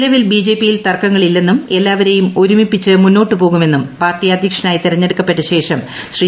നിലവിൽ ബിജെപിയിൽ തർക്കങ്ങളില്ലെന്നും എല്ലാവരേയും ഒരുമിപ്പിച്ച് മുന്നോട്ട് പോകുമെന്നും പാർട്ടി അധ്യക്ഷനായി തെരഞ്ഞെടുക്കപ്പെട്ട ശേഷം ശ്രീ